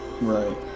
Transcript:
Right